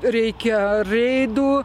reikia reidų